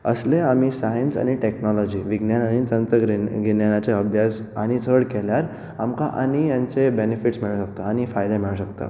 असले आमी सांयस आनी टॅक्नोलोजी विज्ञान आनी तंत्रग्री तंत्रज्ञानाचे अभ्यास आनी चड केल्यार आमकां आनी हेंचे बॅनिफीट्स मेळू शकता आनी फायदो मेळू शकता